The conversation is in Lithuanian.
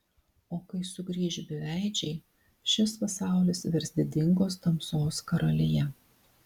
o kai sugrįš beveidžiai šis pasaulis virs didingos tamsos karalija